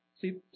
See